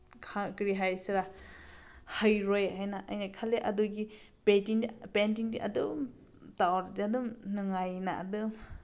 ꯀꯔꯤ ꯍꯥꯏꯁꯤꯔ ꯍꯩꯔꯣꯏ ꯍꯥꯏꯅ ꯑꯩꯅ ꯈꯜꯂꯤ ꯑꯗꯨꯒꯤ ꯄꯦꯟꯇꯤꯡꯗꯤ ꯑꯗꯨꯝ ꯇꯧꯔꯗꯤ ꯑꯗꯨꯝ ꯅꯨꯡꯉꯥꯏꯅ ꯑꯗꯨꯝ